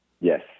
Yes